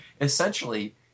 essentially